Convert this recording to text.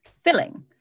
filling